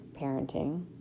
parenting